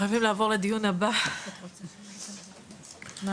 הישיבה ננעלה בשעה 11:15.